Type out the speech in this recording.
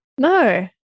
No